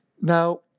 Now